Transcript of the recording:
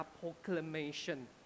proclamation